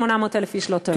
800,000 איש לא טועים.